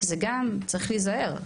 זה גם צריך להיזהר.